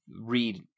read